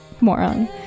Moron